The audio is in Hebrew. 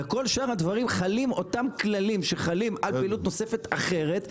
ועל כל שאר הדברים חלים אותם כללים שחלים על פעילות נוספת אחרת,